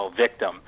victim